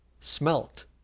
smelt